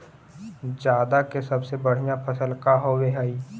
जादा के सबसे बढ़िया फसल का होवे हई?